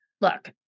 Look